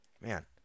Man